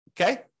okay